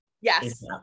Yes